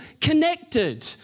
connected